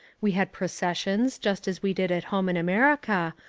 we had processions, just as we did at home in america,